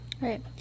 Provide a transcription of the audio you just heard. Right